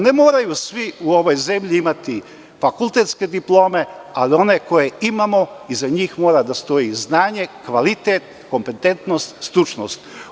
Ne moraju svi u ovoj zemlji imati fakultetske diplome, ali one koje imamo, iza njih mora da stoji znanje, kvalitet, kompetentnost, stručnost.